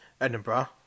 Edinburgh